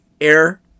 air